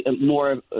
more